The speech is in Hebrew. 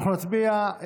אנחנו נצביע.